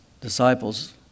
disciples